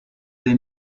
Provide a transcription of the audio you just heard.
they